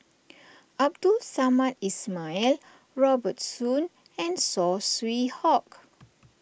Abdul Samad Ismail Robert Soon and Saw Swee Hock